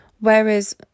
Whereas